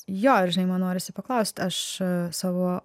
jo ir žinima norisi paklaust aš savo